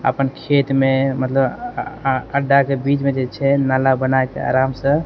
अपन खेतमे मतलब अऽ अऽ अड्डाके बीचमे जे छै नाला बनाकऽ आरामसँ